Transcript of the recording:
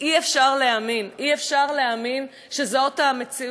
אי-אפשר להאמין, אי-אפשר להאמין שזאת המציאות.